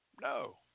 No